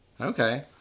Okay